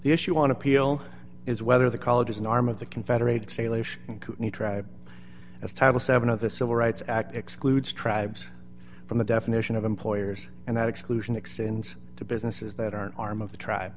the issue on appeal is whether the college is an arm of the confederate states as title seven of the civil rights act excludes tribes from the definition of employers and that exclusion extends to businesses that are an arm of the tribe